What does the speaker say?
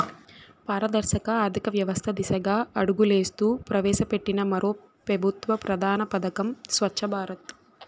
పారదర్శక ఆర్థికవ్యవస్త దిశగా అడుగులేస్తూ ప్రవేశపెట్టిన మరో పెబుత్వ ప్రధాన పదకం స్వచ్ఛ భారత్